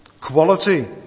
quality